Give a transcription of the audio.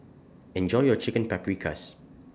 Enjoy your Chicken Paprikas